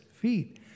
feet